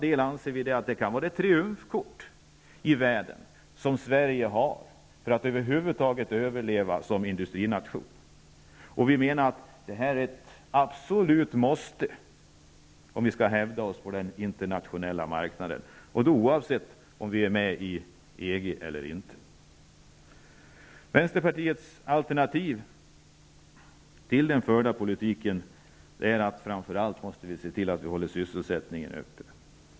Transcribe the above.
Vi anser att Sverige kan ha ett trumfkort i världen när det gäller att över huvud taget överleva som industrination. Vi menar att detta är ett absolut måste om vi skall hävda oss på den internationella marknaden, oavsett om vi är med i EG eller inte. Vänsterpartiets alternativ till den förda politiken är att vi anser att man framför allt måste hålla sysselsättningen uppe.